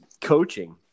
coaching